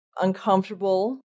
uncomfortable